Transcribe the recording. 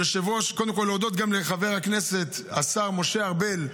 קודם כול להודות גם לחבר הכנסת השר משה ארבל,